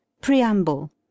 Preamble